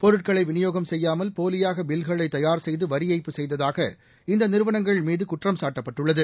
பொருட்களை விநியோகம் செய்யாமல் போலியாக பில்களை தயார் செய்து வரி ஏய்ப்பு செய்ததாக இந்த நிறுவனங்கள்மீது குற்றம் சாட்டப்பட்டுள்ளது